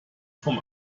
vom